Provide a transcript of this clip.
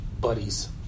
buddies